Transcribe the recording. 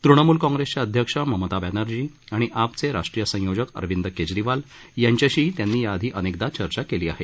तृणमूल काँगेसच्या अध्यक्ष ममता बॅनर्जी आणि आपचे राष्ट्रीय संयोजक अरविंद केजरीवाल यांच्याशीही त्यांनी याआधी अनेकदा चर्चा केली आहे